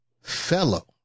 fellow